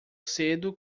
cedo